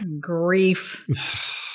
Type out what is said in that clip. Grief